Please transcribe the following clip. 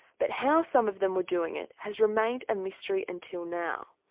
but how some of them were doing it has remained a mystery until now.